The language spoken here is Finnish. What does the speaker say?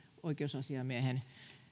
oikeusasiamiehen